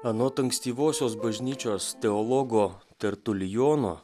anot ankstyvosios bažnyčios teologo tartulijono